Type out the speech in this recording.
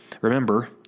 Remember